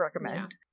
recommend